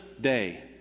day